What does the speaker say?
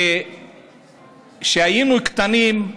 שכשהיינו קטנים,